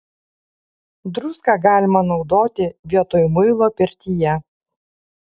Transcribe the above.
druską galima naudoti vietoj muilo pirtyje